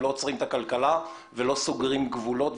שלא עוצרים את הכלכלה ולא סוגרים גבולות.